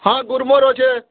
ହଁ ଗ୍ରୋମର୍ ଅଛେ